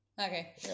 okay